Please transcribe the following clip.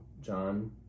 John